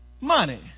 money